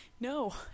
no